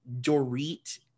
Dorit